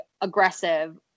aggressive